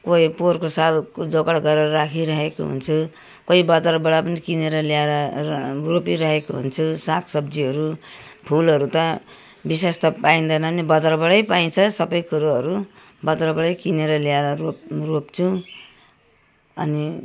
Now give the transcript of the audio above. कोही पोहरको सालको जुगाड गरेर राखिरहेको हुन्छु कोही बजारबाट पनि किनेर ल्याएर रोपिरहेको हुन्छु साग सब्जीहरू फुलहरू त विशेष त पाइँदैन नै बजारबाटै पाइन्छ सबै कुरोहरू बजारबाटै किनेर ल्याएर रोप् रोप्छौँ अनि